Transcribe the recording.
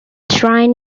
shrine